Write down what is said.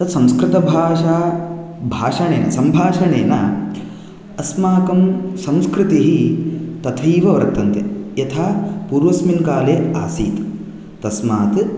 तत्संस्कृतभाषा भाषणेन सम्भाषणेन अस्माकं संस्कृतिः तथैव वर्तन्ते यथा पूर्वस्मिन् काले आसीत् तस्मात्